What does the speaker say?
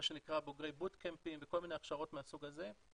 מה שנקרא בוגרי boot camping וכל מיני הכשרות מהסוג הזה.